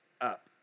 up